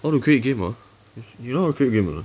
how to create game ah you know how to create game or not